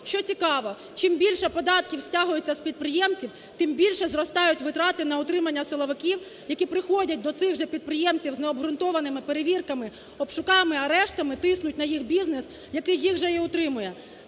Що цікаво: чим більше податків стягується з підприємців, тим більше зростають витрати на утримання силовиків, які приходять до цих же підприємців з необґрунтованими перевірками, обшуками, арештами, тиснуть на їх бізнес, який їх же і утримує.